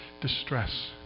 distress